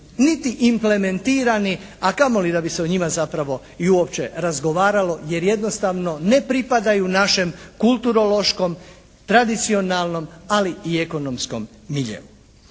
niti implementirani, a kamoli da bi se o njima zapravo i uopće razgovaralo, jer jednostavno ne pripadaju našem kulturološkom, tradicionalnom ali i ekonomskom miljeu.